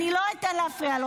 אני לא אתן להפריע לו.